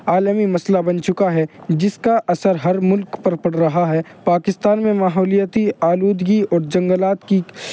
عالمی مسئلہ بن چکا ہے جس کا اثر ہر ملک پر پڑ رہا ہے پاکستان میں ماحولیتی آلودگی اور جنگلات کی